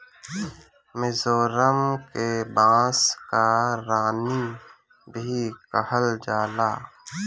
मिजोरम के बांस कअ रानी भी कहल जाला